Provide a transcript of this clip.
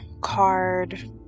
card